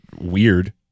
weird